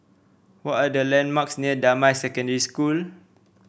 what are the landmarks near Damai Secondary School